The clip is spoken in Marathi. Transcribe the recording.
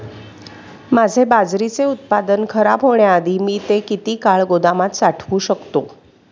माझे बाजरीचे उत्पादन खराब होण्याआधी मी ते किती काळ गोदामात साठवू शकतो?